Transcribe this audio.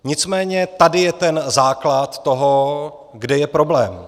Nicméně tady je ten základ toho, kde je problém.